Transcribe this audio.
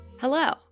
Hello